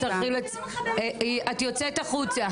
את יוצאת החוצה.